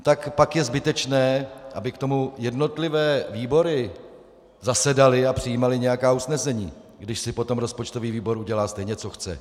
Tak pak je zbytečné, aby k tomu jednotlivé výbory zasedaly a přijímaly nějaká usnesení, když si potom rozpočtový výbor udělá stejně, co chce.